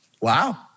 Wow